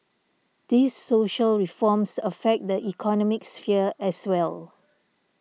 these social reforms affect the economic sphere as well